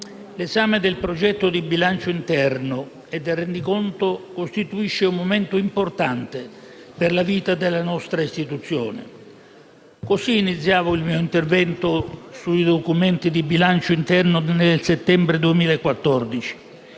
l'esame del progetto di bilancio interno e del rendiconto costituisce un appuntamento importante per la vita della nostra istituzione»: con queste parole iniziavo il mio intervento sui documenti di bilancio interno nel settembre 2014